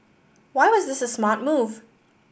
why was this a smart move